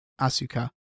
Asuka